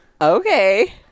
Okay